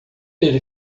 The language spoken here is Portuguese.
ele